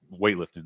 weightlifting